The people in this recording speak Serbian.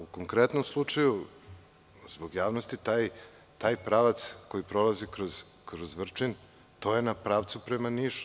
U konkretnom slučaju, zbog javnosti, taj pravac koji prolazi kroz Vrčin je na pravcu prema Nišu.